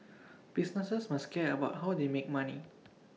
businesses must care about how they make money